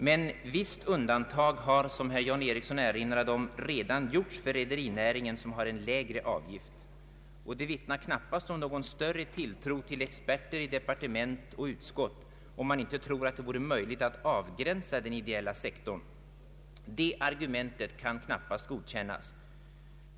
Men visst undantag har — som herr John Ericsson erinrade om — redan gjorts för rederinäringen, som har en lägre avgift. Det vittnar knappast om någon större tilltro till experter i departement och utskott, om man inte tror att det vore möjligt att avgränsa den ideella sektorn. Det argumentet kan knappast godkännas.